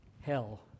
hell